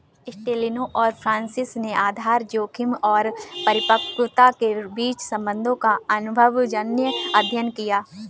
एस्टेलिनो और फ्रांसिस ने आधार जोखिम और परिपक्वता के बीच संबंधों का अनुभवजन्य अध्ययन किया